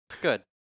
Good